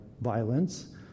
violence